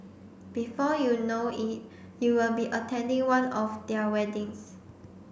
before you know it you'll be attending one of their weddings